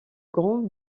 grand